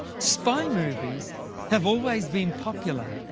spy movies have always been popular.